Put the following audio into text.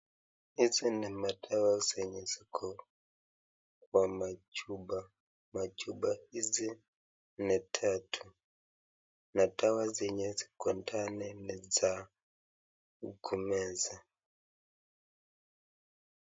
Hizi ni dawa zenye ziko kwa machupa, machupa hizi ni tatu na dawa zenye ziko ndani ni za kumeza.